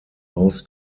most